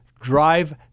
drive